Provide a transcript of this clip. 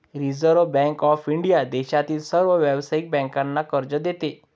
reserve bank of India देशातील सर्व व्यावसायिक बँकांना कर्ज देते